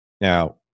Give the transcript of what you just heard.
Now